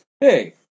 hey